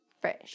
Fresh